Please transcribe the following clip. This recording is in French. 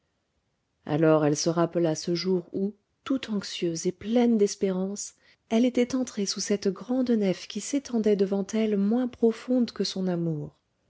alors elle se rappela ce jour où tout anxieuse et pleine d'espérances elle était entrée sous cette grande nef qui s'étendait devant elle moins profonde que son amour